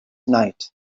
night